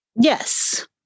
Yes